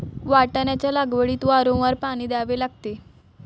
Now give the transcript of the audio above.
वाटाण्याच्या लागवडीत वारंवार पाणी द्यावे लागते